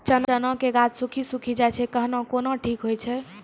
चना के गाछ सुखी सुखी जाए छै कहना को ना ठीक हो छै?